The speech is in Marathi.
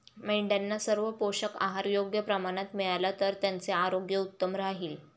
मेंढ्यांना सर्व पोषक आहार योग्य प्रमाणात मिळाला तर त्यांचे आरोग्य उत्तम राहील